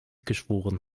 geschworen